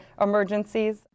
emergencies